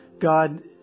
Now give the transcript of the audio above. God